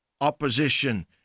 opposition